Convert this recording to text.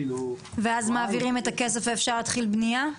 ואז מעבירים את הכסף ואפשר להתחיל בנייה?